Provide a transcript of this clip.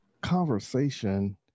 conversation